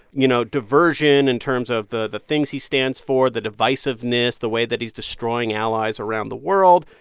you know, diversion in terms of the the things he stands for, the divisiveness, the way that he's destroying allies around the world.